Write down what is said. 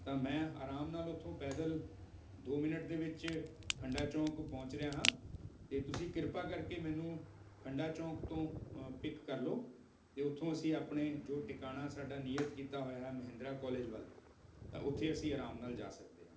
ਤਾਂ ਮੈਂ ਆਰਾਮ ਨਾਲ ਉੱਥੋਂ ਪੈਦਲ ਦੋ ਮਿੰਟ ਦੇ ਵਿੱਚ ਖੰਡਾ ਚੌਕ ਪਹੁੰਚ ਰਿਹਾ ਹਾਂ ਅਤੇ ਤੁਸੀਂ ਕਿਰਪਾ ਕਰਕੇ ਮੈਨੂੰ ਖੰਡਾ ਚੌਂਕ ਤੋਂ ਪਿੱਕ ਕਰ ਲਓ ਅਤੇ ਉਥੋਂ ਅਸੀਂ ਆਪਣੇ ਜੋ ਟਿਕਾਣਾ ਸਾਡਾ ਨੀਯਤ ਕੀਤਾ ਹੋਇਆ ਹੈ ਮਹਿੰਦਰਾ ਕਾਲਜ ਵੱਲ ਤਾਂ ਉੱਥੇ ਅਸੀਂ ਆਰਾਮ ਨਾਲ ਜਾ ਸਕਦੇ ਹਾਂ